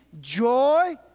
joy